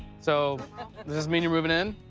so, does this mean you're moving in?